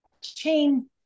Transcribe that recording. chain